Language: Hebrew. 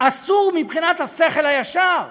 אסור מבחינת השכל הישר.